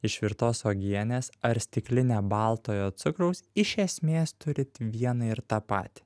išvirtos uogienės ar stiklinę baltojo cukraus iš esmės turit vieną ir tą patį